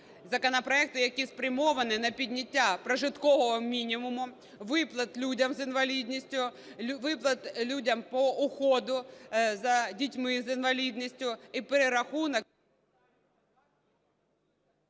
…законопроекти, які спрямовані на підняття прожиткового мінімуму, виплат людям з інвалідністю, виплат людям по уходу за дітьми з інвалідністю і перерахунок…